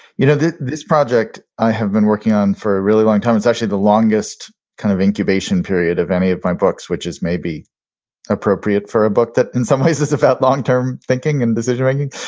you know, this project i have been working on for a really long time. it's actually the longest kind of incubation period of any of my books which is maybe appropriate for a book that in some ways is about long term thinking and decision making.